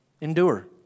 Endure